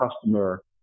customer